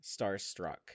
Starstruck